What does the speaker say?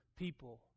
people